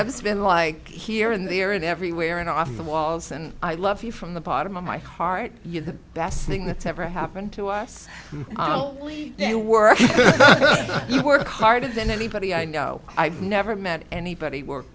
dev's been like here and there and everywhere and off the walls and i love you from the bottom of my heart you're the best thing that's ever happened to us we know you were you work harder than anybody i know i've never met anybody work